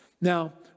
Now